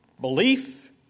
belief